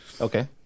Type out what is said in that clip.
Okay